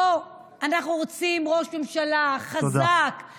בוא, אנחנו רוצים ראש ממשלה חזק, תודה.